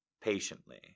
patiently